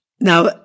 now